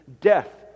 death